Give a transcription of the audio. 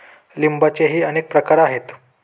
लिंबाचेही अनेक प्रकार आहेत